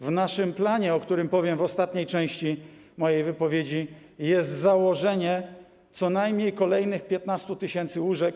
W naszym planie, o którym powiem w ostatniej części mojej wypowiedzi, jest założenie co najmniej kolejnych 15 tys. łóżek.